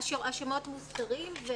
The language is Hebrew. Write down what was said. השמות מוזכרים,